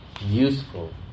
useful